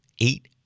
Eight